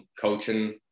coaching